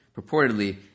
purportedly